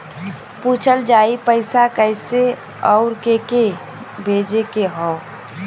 पूछल जाई पइसा कैसे अउर के के भेजे के हौ